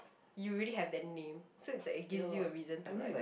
you already have that name so like it gives you a reason to like